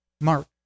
Mark